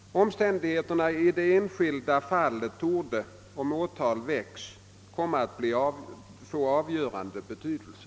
Omständigheterna i det enskilda fallet torde, om åtal väcks, komma att få avgörande betydelse.